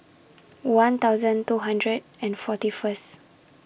one thousand two hundred and forty First